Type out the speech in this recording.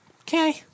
Okay